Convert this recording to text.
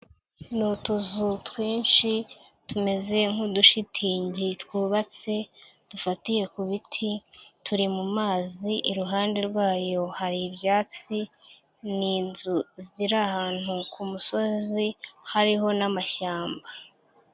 Ni utuzu twinshi tumeze nk'udushitingi twubatse dufatiye ku biti turi mu mazi, iruhande rwayo hari ibyatsi ni inzu ziri ahantu ku musozi hariho n'amashyamba.